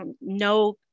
No